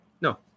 No